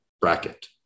bracket